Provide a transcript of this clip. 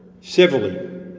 civilly